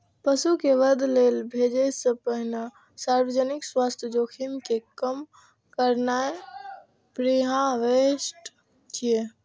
पशु कें वध लेल भेजै सं पहिने सार्वजनिक स्वास्थ्य जोखिम कें कम करनाय प्रीहार्वेस्ट छियै